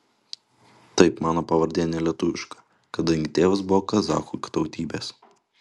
taip mano pavardė ne lietuviška kadangi tėvas buvo kazachų tautybės